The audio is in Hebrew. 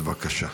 בבקשה.